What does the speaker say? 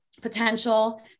potential